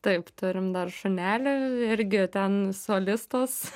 taip turim dar šunelį irgi ten solistas